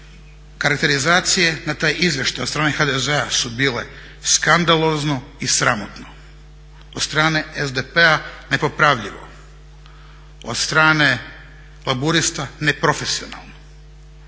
Karakterizacije na taj izvještaj od strane HDZ-a su bile skandalozno i sramotno, od strane SDP-a nepopravljivo, od strane Laburista neprofesionalno.